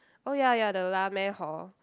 oh ya ya the lah meh hor